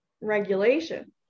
regulation